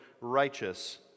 righteous